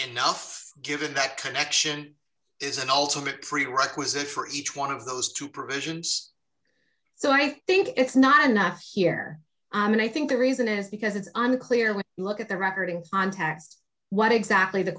enough given that connection is an ultimate prerequisite for each one of those two provisions so i think it's not enough here and i think the reason is because it's unclear when you look at the record in context what exactly the